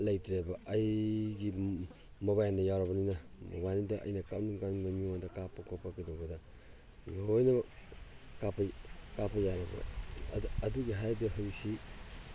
ꯂꯩꯇ꯭ꯔꯦꯕ ꯑꯩꯒꯤ ꯃꯣꯕꯥꯏꯜꯗ ꯌꯥꯎꯔꯕꯅꯤꯅ ꯃꯣꯕꯥꯏꯜꯗꯨꯗ ꯑꯩꯅ ꯀꯥꯞꯅꯤꯡ ꯀꯥꯞꯅꯤꯡꯕ ꯃꯤꯉꯣꯟꯗ ꯀꯥꯞꯄ ꯈꯣꯠꯄ ꯀꯩꯗꯧꯕꯗ ꯂꯣꯏꯅꯃꯛ ꯀꯥꯞꯄ ꯌꯥꯔꯦꯕ ꯑꯗꯨꯒꯤ ꯍꯥꯏꯔꯗꯤ ꯍꯧꯖꯤꯛꯁꯤ